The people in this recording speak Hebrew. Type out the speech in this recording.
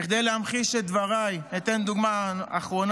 כדי להמשיך את דבריי, אתן דוגמה אחרונה: